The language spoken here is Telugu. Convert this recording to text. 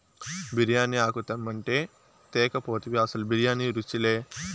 బిర్యానీ ఆకు తెమ్మంటే తేక పోతివి అసలు బిర్యానీ రుచిలే